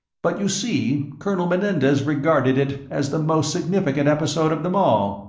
but, you see, colonel menendez regarded it as the most significant episode of them all.